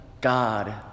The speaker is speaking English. God